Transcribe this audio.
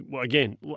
again